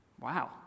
Wow